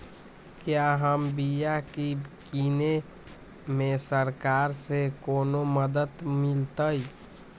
क्या हम बिया की किने में सरकार से कोनो मदद मिलतई?